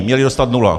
Měli dostat nula.